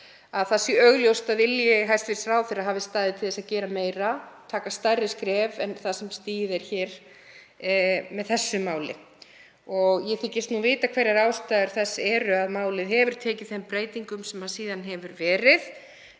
að vilji hæstv. ráðherra hafi staðið til þess að gera meira, stíga stærri skref en það sem stigið er með þessu máli. Ég þykist vita hverjar ástæður þess eru að málið hefur tekið þeim breytingum sem síðan hafa orðið.